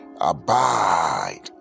abide